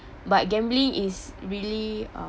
but gambling is really uh